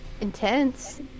intense